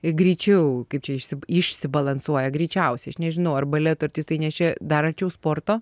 greičiau kaip čia išsi išsibalansuoja greičiausiai aš nežinau ar baleto artistai nes čia dar arčiau sporto